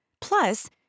Plus